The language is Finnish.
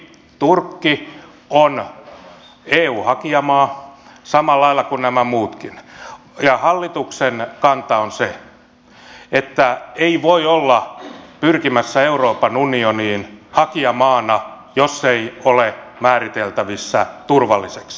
turkki on eu hakijamaa samalla lailla kuin nämä muutkin ja hallituksen kanta on se että ei voi olla pyrkimässä euroopan unioniin hakijamaana jos ei ole määriteltävissä turvalliseksi